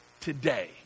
today